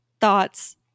thoughts